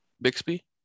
Bixby